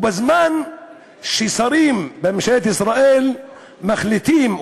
בזמן ששרים בממשלת ישראל מחליטים,